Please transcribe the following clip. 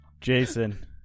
jason